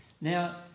Now